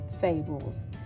fables